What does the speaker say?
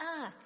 earth